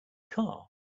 car